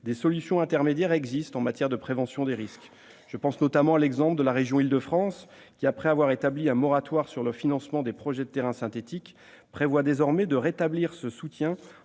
des solutions intermédiaires existent en matière de prévention des risques. Je pense notamment à la région Île-de-France, qui prévoit, après avoir établi un moratoire sur le financement des projets de terrains synthétiques, de rétablir ce soutien